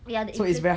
ya the inflat~